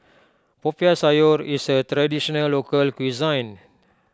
Popiah Sayur is a Traditional Local Cuisine